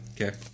Okay